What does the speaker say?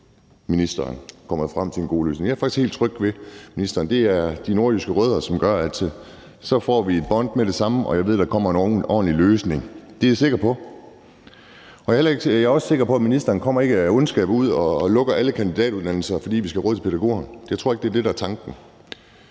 Jeg er faktisk helt tryg ved ministeren. Det er de nordjyske rødder, som gør, at vi får et bånd med det samme, og at jeg ved, at der kommer en ordentlig løsning. Det er jeg sikker på. Jeg er også sikker på, at ministeren ikke af ondskab kommer ud og lukker alle kandidatuddannelser, fordi vi skal have råd til pædagogerne. Jeg tror ikke, det er det, der er tanken.